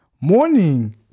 Morning